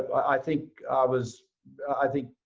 i think i was i think,